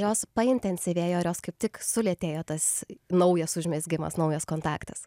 jos pa intensyvėjo jos kaip tik sulėtėjo tas naujas užmezgimas naujas kontaktas